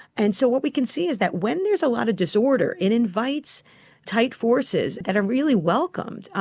and so what we can see is that when there's a lot of disorder, it invites tight forces that are really welcomed.